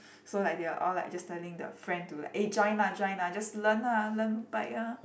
so like they are all like just telling the friend to like eh join lah join lah just learn lah learn bike ah